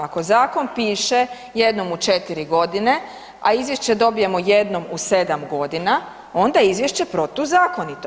Ako zakon piše jednom u četiri godine, a izvješće dobijemo jednom u sedam godina onda je izvješće protuzakonito.